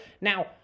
Now